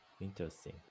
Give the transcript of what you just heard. interesting